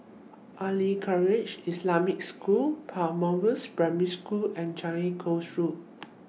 Khairiah Islamic School Primary School and Changi Coast Road